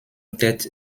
tête